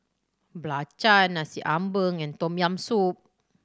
belacan Nasi Ambeng and Tom Yam Soup